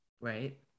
Right